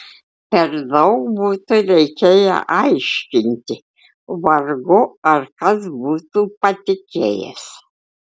per daug būtų reikėję aiškinti vargu ar kas būtų patikėjęs